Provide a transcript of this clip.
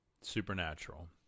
supernatural